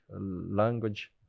language